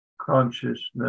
consciousness